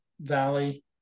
valley